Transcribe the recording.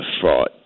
fraud